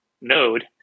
Node